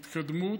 התקדמות.